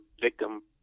victim